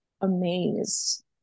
amazed